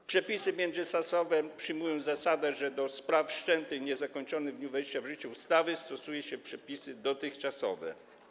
W przepisach międzyczasowych przyjmuje się zasadę, że do spraw wszczętych i niezakończonych w dniu wejścia w życie ustawy stosuje się przepisy dotychczasowe.